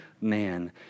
man